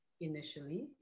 initially